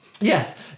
Yes